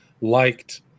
liked